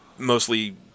Mostly